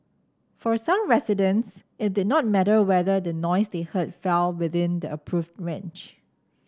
for some residents it did not matter whether the noise they heard fell within the approved range